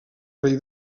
rei